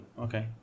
okay